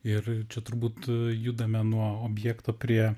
ir čia turbūt judame nuo objekto prie